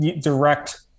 direct